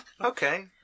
Okay